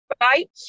right